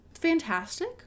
Fantastic